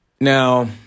Now